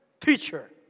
teacher